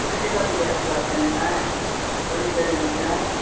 मातशें कमी जास्त जांवचे ना कांय कमी करीनात कांय